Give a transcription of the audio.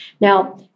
now